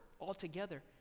altogether